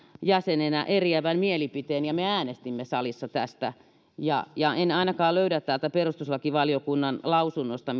jäsenenä tästä eriävän mielipiteen ja me äänestimme salissa tästä en ainakaan löydä perustuslakivaliokunnan lausunnosta